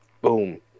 boom